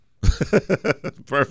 Perfect